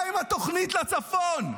מה עם התוכנית לצפון?